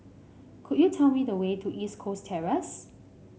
could you tell me the way to East Coast Terrace